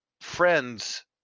friends